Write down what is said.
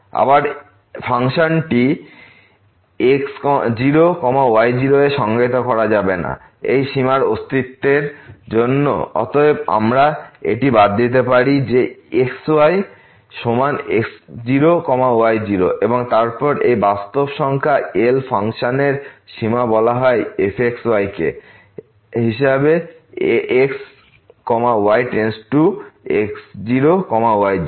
আবারফাংশনটি x0y0 এ সংজ্ঞায়িত করা যাবে না এই সীমার অস্তিত্বের জন্য এবং অতএব আমরা এটি বাদ দিতে পারি যে x y সমান x0y0 এবং তারপর এই বাস্তব সংখ্যা L ফাংশনের সীমা বলা হয় f x y কে হিসাবে x y→ x0y0